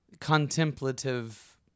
contemplative